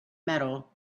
metal